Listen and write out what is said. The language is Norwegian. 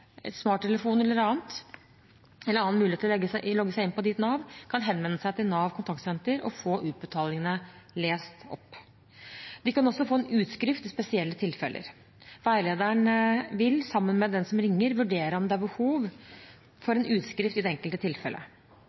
smarttelefon eller annet – eller annen mulighet til å logge seg inn på Ditt Nav – kan henvende seg til Nav Kontaktsenter og få utbetalingsmeldingen lest opp. De kan også få en utskrift i spesielle tilfeller. Veilederen vil, sammen med den som ringer, vurdere om det i det enkelte tilfellet er behov for en utskrift. Det